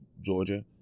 Georgia